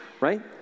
right